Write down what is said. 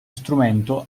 strumento